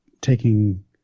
taking